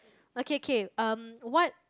okay K um what